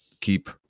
keep